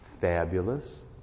fabulous